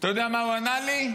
אתה יודע מה הוא ענה לי?